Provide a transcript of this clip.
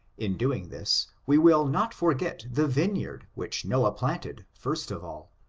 in doing this, we will not forget the vineyard, which noah planted first of all,